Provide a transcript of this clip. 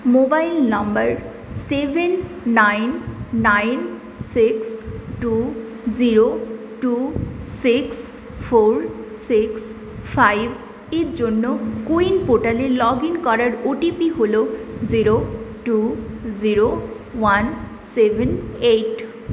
mobile number seven nine nine six two zero two six four six five এর জন্য CoWIN পোর্টালে log in করার OTP হল zero two zero one seven eight